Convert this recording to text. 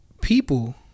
people